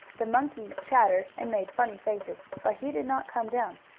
the monkey chattered, and made funny faces, but he did not come down.